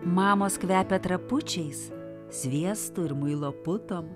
mamos kvepia trapučiais sviestu ir muilo putom